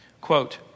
Quote